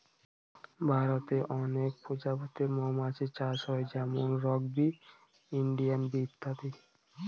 ভারতে অনেক প্রজাতির মৌমাছি চাষ হয় যেমন রক বি, ইন্ডিয়ান বি ইত্যাদি